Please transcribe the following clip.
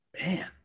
man